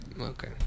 Okay